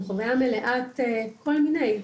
היא חוויה מלאת כל מיני,